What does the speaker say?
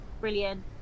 brilliant